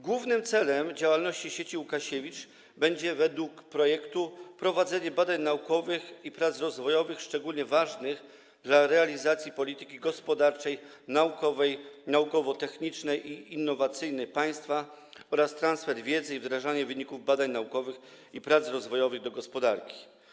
Głównym celem działalności sieci Łukasiewicz będzie według projektu prowadzenie badań naukowych i prac rozwojowych szczególnie ważnych dla realizacji polityki gospodarczej, naukowej, naukowo-technicznej i innowacyjnej państwa oraz transfer wiedzy i wdrażanie wyników badań naukowych i prac rozwojowych do gospodarki.